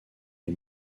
les